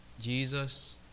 Jesus